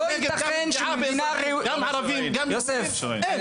חשוב לי